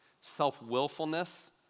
self-willfulness